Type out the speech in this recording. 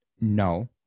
no